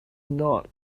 not